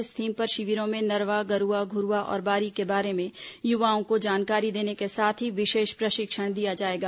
इस थीम पर शिविरों में नरवा गरूवा घुरूवा और बारी के बारे में युवओं को जानकारी देने के साथ ही विशेष प्रशिक्षण दिया जाएगा